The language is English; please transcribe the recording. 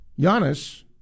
Giannis